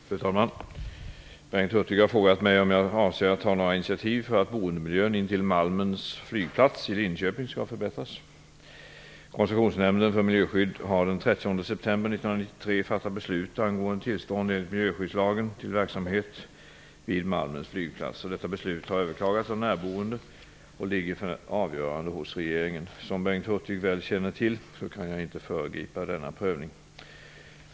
Fru talman! Bengt Hurtig har frågat mig om jag avser att ta några initiativ för att boendemiljön intill Malmens flygplats. Detta beslut har överklagats av närboende och ligger för avgörande hos regeringen. Som Bengt Hurtig väl känner till kan jag inte föregripa denna prövning.